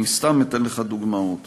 אני סתם אתן לך דוגמאות.